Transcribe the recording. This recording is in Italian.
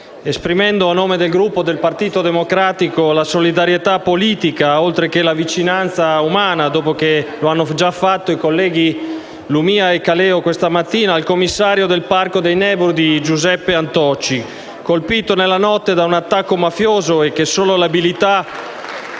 esprimendo, a nome del Gruppo del Partito Democratico, la solidarietà politica, oltre che la vicinanza umana (dopo che lo hanno già fatto i colleghi Lumia e Caleo questa mattina), al commissario del Parco dei Nebrodi Giuseppe Antoci, colpito nella notte da un attacco mafioso, che solo grazie